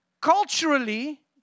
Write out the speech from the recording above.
Culturally